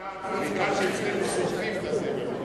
בעיקר שאצלנו שורפים את הזבל.